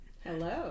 Hello